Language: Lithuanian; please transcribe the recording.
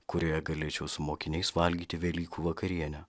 kurioje galėčiau su mokiniais valgyti velykų vakarienę